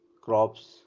crops